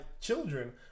children